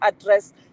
address